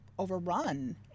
overrun